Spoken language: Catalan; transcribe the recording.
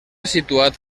situat